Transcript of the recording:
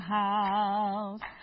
house